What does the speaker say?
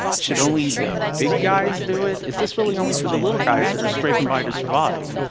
should only the big guys do it? is this really only for the little guys that are scraping by to survive?